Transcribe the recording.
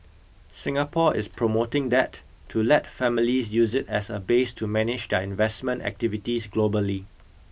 Singapore is promoting that to let families use it as a base to manage their investment activities globally